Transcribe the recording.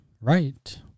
right